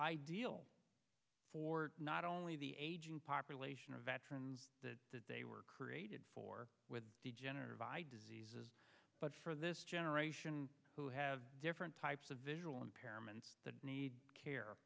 ideal for not only the aging population of veterans that they were created for with degenerative diseases but for this generation who have different types of visual impairments that need care